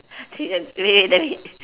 wait wait let me think